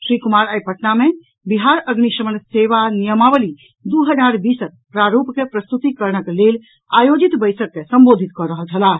श्री कुमार आइ पटना मे बिहार अग्निशमन सेवा नियमावली द् हजार बीसक प्रारूप के प्रस्तुतीकरणक लेल आयोजित बैसक के संबोधित कऽ रहल छलाह